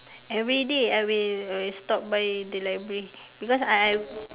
everyday I will I will stop by the library because I I